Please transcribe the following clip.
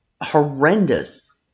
horrendous